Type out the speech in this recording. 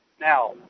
Now